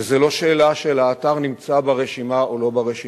וזו לא שאלה אם האתר נמצא או לא נמצא ברשימה.